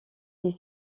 est